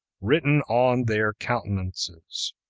written on their countenances.